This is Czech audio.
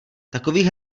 takových